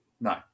No